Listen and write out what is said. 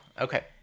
okay